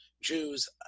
Jews